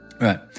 Right